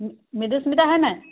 মৃদুস্মিতা হয় নাই